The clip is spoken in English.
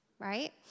right